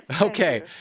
Okay